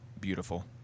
beautiful